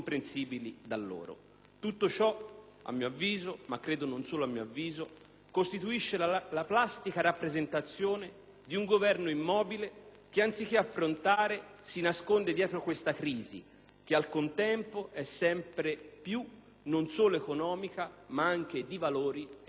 Tutto ciò, a mio avviso, ma - credo - non solo mio avviso, costituisce la plastica rappresentazione di un Governo immobile che, anziché affrontare, si nasconde dietro questa crisi che al contempo è sempre più, non solo economica, ma anche di valori e di responsabilità.